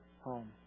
home